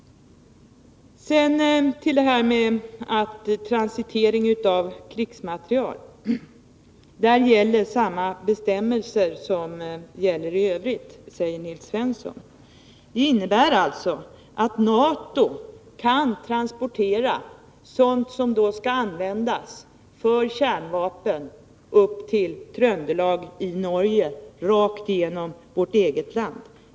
Sedan till detta med transitering av krigsmateriel: Där gäller samma bestämmelser som gäller i övrigt, säger Nils Svensson. Det innebär alltså att NATO kan transportera rakt igenom vårt eget land upp till Tröndelag i Norge sådant som skall användas för kärnvapen.